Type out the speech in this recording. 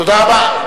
תודה רבה.